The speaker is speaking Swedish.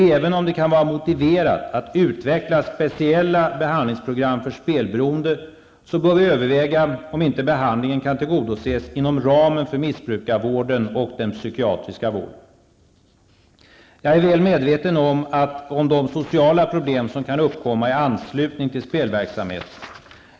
Även om det kan vara motiverat att utveckla speciella behandlingsprogram för spelberoende bör vi överväga om inte behandlingen kan tillgodoses inom ramen för missbrukarvården och den psykiatriska vården. Jag är väl medveten om de sociala problem som kan uppkomma i anslutning till spelverksamheten.